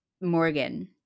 Morgan –